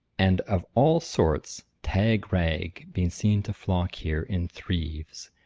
and of all sorts, tag-rag, been seen to flock here in threaves,